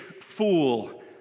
fool